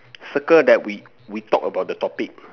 circle that we we talked about the topic